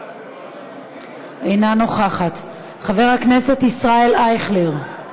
אינה נוכחת, חבר הכנסת ישראל אייכלר,